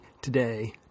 today